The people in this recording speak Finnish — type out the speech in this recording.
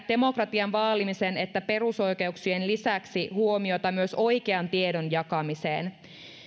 demokratian vaalimisen ja perusoikeuksien lisäksi kiinnittää huomiota myös oikean tiedon jakamiseen